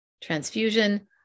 transfusion